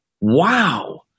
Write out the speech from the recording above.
Wow